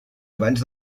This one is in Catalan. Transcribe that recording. abans